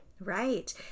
Right